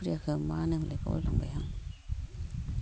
आखुरियाखो मा होनोमोनलाय बावलांबाय हां